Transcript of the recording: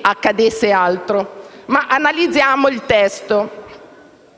accadesse ancora. Analizziamo il testo.